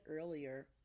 earlier